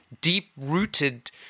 deep-rooted